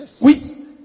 Oui